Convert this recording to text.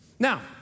Now